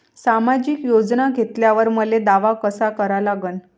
सामाजिक योजना घेतल्यावर मले दावा कसा करा लागन?